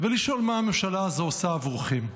ולשאול מה הממשלה הזו עושה עבורכם.